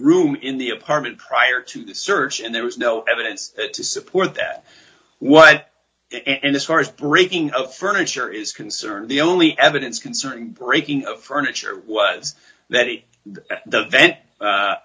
room in the apartment prior to the search and there was no evidence to support that what and as far as breaking up furniture is concerned the only evidence concerning the breaking of furniture was